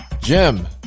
Jim